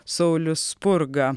saulius spurga